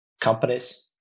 companies